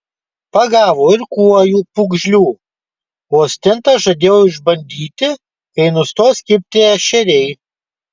pagavo ir kuojų pūgžlių o stintas žadėjo išbandyti kai nustos kibti ešeriai